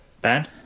Ben